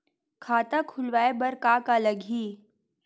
खाता खुलवाय बर का का लगही?